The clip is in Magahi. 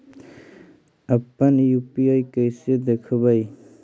अपन यु.पी.आई कैसे देखबै?